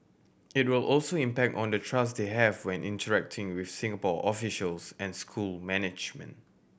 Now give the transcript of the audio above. it will also impact on the trust they have when interacting with Singapore officials and school management